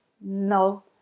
no